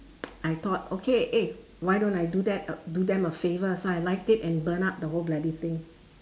I thought okay eh why don't I do that uh do them a favour so light it and burned up the whole bloody thing